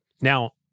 Now